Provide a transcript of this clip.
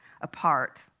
apart